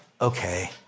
okay